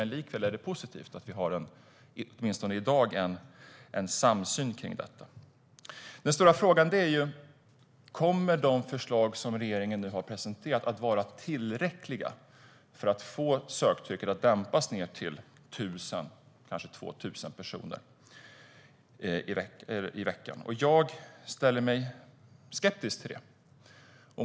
Men det är likväl positivt att vi har en samsyn kring detta i dag. Den stora frågan är om de förslag som regeringen nu har presenterat kommer att vara tillräckliga för att dämpa söktrycket till 1 000 eller kanske 2 000 personer i veckan. Jag ställer mig skeptisk till det.